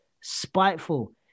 Spiteful